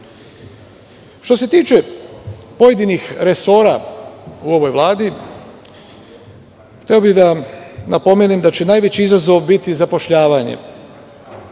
se tiče pojedinih resora u ovoj Vladi hteo bih da pomenem da će najveći izazov biti zapošljavanje.